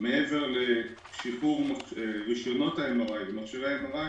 מעבר לשחרור רישיונות ה-MRI ומכשירי ה-MRI,